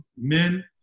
men